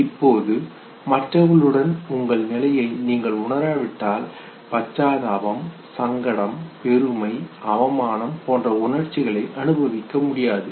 இப்போது மற்றவர்களுடன் உங்கள் நிலையை நீங்கள் உணராவிட்டால் பச்சாத்தாபம் சங்கடம் பெருமை அவமானம் போன்ற உணர்ச்சிகளை அனுபவிக்க முடியாது